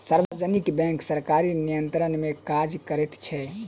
सार्वजनिक बैंक सरकारी नियंत्रण मे काज करैत छै